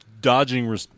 dodging